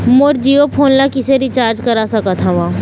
मोर Jio phone ला किसे recharge करा सकत हवं?